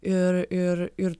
ir ir ir